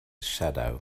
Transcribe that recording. shadow